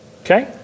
Okay